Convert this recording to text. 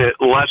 less